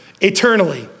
eternally